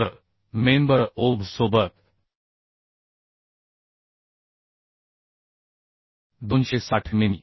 तर member OB सोबत 260 मिमी